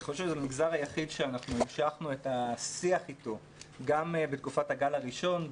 אני חושב שזה המגזר היחיד שהמשכנו את השיח איתו גם בתקופת הגל הראשון,